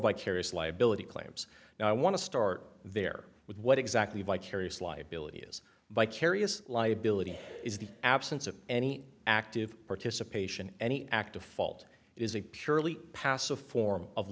vicarious liability claims now i want to start there with what exactly vicarious liability is vicarious liability is the absence of any active participation any active fault is a purely passive form of